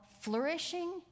flourishing